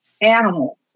animals